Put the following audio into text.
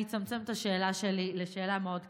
אני אצמצם את השאלה שלי לשאלה מאוד קצרה: